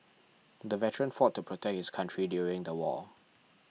the veteran fought to protect his country during the war